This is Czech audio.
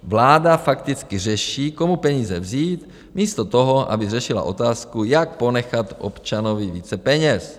Vláda fakticky řeší, komu peníze vzít, místo toho, aby řešila otázku, jak ponechat občanovi více peněz.